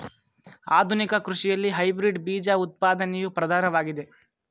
ಆಧುನಿಕ ಕೃಷಿಯಲ್ಲಿ ಹೈಬ್ರಿಡ್ ಬೀಜ ಉತ್ಪಾದನೆಯು ಪ್ರಧಾನವಾಗಿದೆ